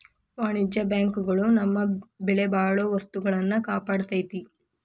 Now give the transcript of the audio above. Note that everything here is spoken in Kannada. ವಾಣಿಜ್ಯ ಬ್ಯಾಂಕ್ ಗಳು ನಮ್ಮ ಬೆಲೆಬಾಳೊ ವಸ್ತುಗಳ್ನ ಕಾಪಾಡ್ತೆತಿ